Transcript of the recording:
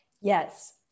Yes